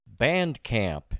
Bandcamp